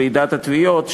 ועידת התביעות,